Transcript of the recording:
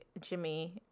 Jimmy